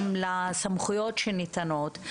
גם הסמכויות שניתנות?